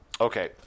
Okay